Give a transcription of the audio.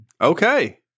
Okay